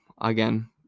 again